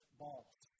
boss